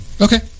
okay